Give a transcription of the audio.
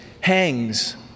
hangs